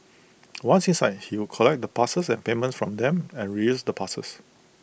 once inside he would collect the passes and payments from them and reuse the passes